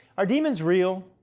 are demons real?